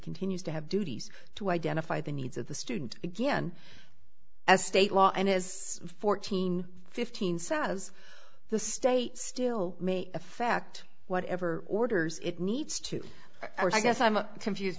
continues to have duties to identify the needs of the student again as state law and as fourteen fifteen says the state still may affect whatever orders it needs to or i guess i'm confused